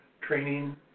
training